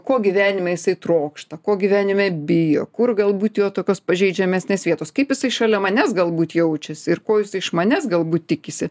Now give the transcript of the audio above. ko gyvenime jisai trokšta ko gyvenime bijo kur galbūt jo tokios pažeidžiamesnės vietos kaip jisai šalia manęs galbūt jaučiasi ir ko jisai iš manęs galbūt tikisi